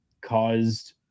caused